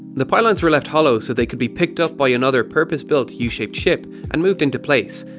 the pylons were left hollow so they could be picked up by another purpose-built, yeah u-shaped ship, and moved into place.